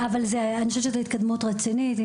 זו התקדמות רצינית.